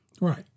Right